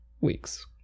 weeks